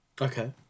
Okay